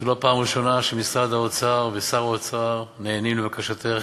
זו לא פעם ראשונה שמשרד האוצר ושר האוצר נענים לבקשתך,